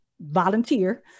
volunteer